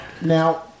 Now